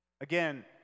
Again